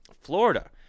Florida